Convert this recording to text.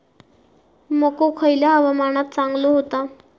मको खयल्या हवामानात चांगलो होता?